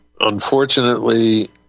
unfortunately